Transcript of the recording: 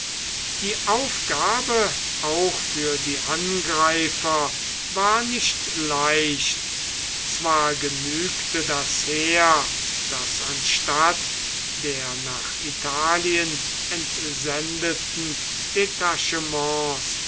die aufgabe auch für die angreifer war nicht leicht zwar genügte das heer das anstatt der nach italien entsendeten detachements